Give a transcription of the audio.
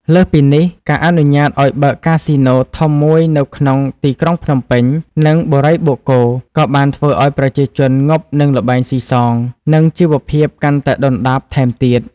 លើសពីនេះ ការអនុញ្ញាតឱ្យបើក កាស៊ីណូ ធំមួយនៅក្នុងទីក្រុងភ្នំពេញ និងបុរីបូកគោ ក៏បានធ្វើឱ្យប្រជាជនងប់នឹងល្បែងស៊ីសង និងជីវភាពកាន់តែដុនដាបថែមទៀត។